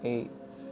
Eight